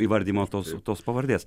įvardijimo tos tos pavardės